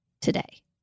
today